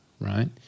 right